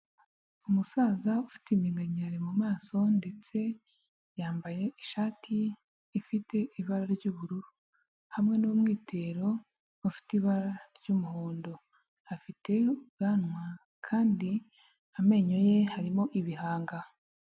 Umusaza ufite iminkanyari mu maso ndetse yambaye ishati ifite ibara ry'ubururu, hamwe n'umwitero ufite ibara ry'umuhondo, afite ubwanwa kandi amenyo ye harimo ibihanga.